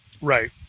Right